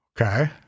Okay